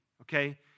Okay